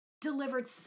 delivered